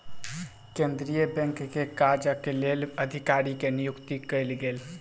केंद्रीय बैंक के काजक लेल अधिकारी के नियुक्ति कयल गेल